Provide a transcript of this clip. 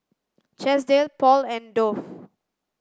Chesdale Paul and Dove